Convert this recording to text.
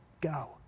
go